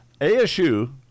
ASU